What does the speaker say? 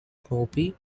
snoopy